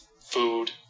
Food